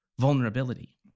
vulnerability